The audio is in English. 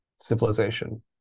civilization